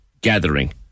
gathering